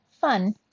fun